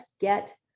get